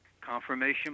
Confirmation